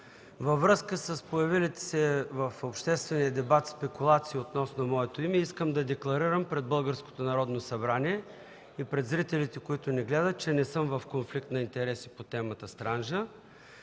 във връзка с появилите се в обществения дебат спекулации относно моето име искам да декларирам пред българското Народно събрание и пред зрителите, които ни гледат, че не съм в конфликт на интереси по темата „Странджа”;